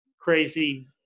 crazy